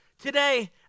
Today